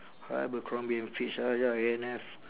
uh abercrombie and fitch ah ya A&F